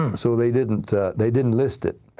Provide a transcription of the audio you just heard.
so they didn't they didn't list it.